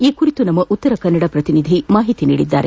ಈ ಕುರಿತು ನಮ್ನ ಉತ್ತರಕನ್ನಡ ಪ್ರತಿನಿಧಿ ಹೆಚ್ಚನ ಮಾಹಿತಿ ನೀಡಿದ್ದಾರೆ